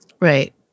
Right